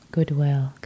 Goodwill